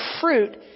fruit